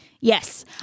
Yes